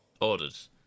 Orders